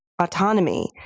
autonomy